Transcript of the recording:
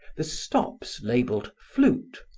the stops labelled flute,